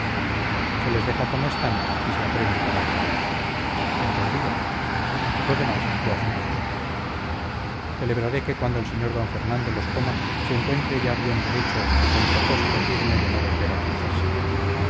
se les deja como están y se aprende para otra vez entendido lo demás lo hace dios celebraré que cuando el sr d fernando los coma se encuentre ya bien derecho y con propósito firme de no volver a torcerse